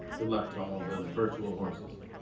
good luck to all of those virtual horses.